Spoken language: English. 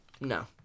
No